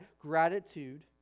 gratitude